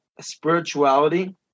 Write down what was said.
spirituality